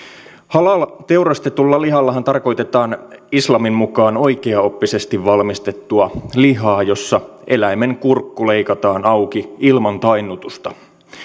halal teurastetulla lihallahan tarkoitetaan islamin mukaan oikeaoppisesti valmistettua lihaa jossa eläimen kurkku leikataan auki ilman tainnutusta